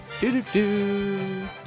Do-do-do